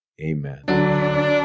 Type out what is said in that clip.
Amen